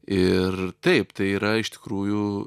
ir taip tai yra iš tikrųjų